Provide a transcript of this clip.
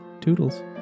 Toodles